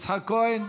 יצחק כהן,